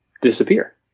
disappear